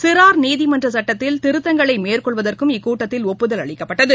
சிறார் நீதிமன்றசட்டத்தில் திருத்தங்களைமேற்கொள்வதற்கும் இக்கூட்டத்தில் ஒப்புதல் அளிக்கப்பட்டது